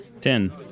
Ten